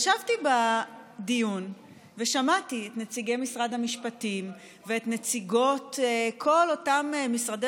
ישבתי בדיון ושמעתי את נציגי משרד המשפטים ואת נציגות כל אותם משרדי